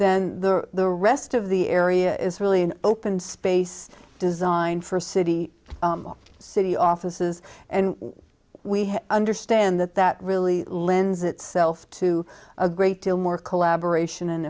then the rest of the area is really an open space designed for city city offices and we understand that that really lends itself to a great deal more collaboration an